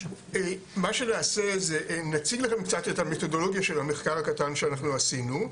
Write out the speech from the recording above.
מה שנעשה זה נציג לכם קצת את המתודולוגיה של המחקר הקטן שאנחנו עשינו,